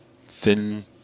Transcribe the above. thin